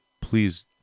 please